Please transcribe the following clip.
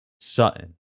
Sutton